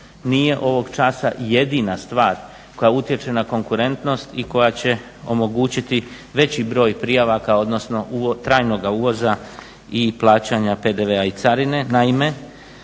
nije ovog časa jedina stvar koja utječe na konkurentnost i koja će omogućiti veći broj prijavaka odnosno trajnoga uvoza i plaćanja PDV-a i carine. Naime,